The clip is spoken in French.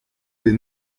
des